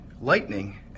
Lightning